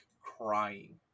crying